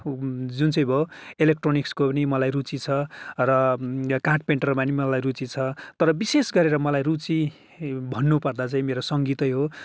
जुन चाहिँ भयो एलेक्ट्रोनिक्सको नि मलाई रुचि छ र कार्टपेन्टरमा नि मलाई रुचि छ तर विशेष गरेर मलाई रुचि भन्नुपर्दा चाहिँ मेरो सङ्गीतै हो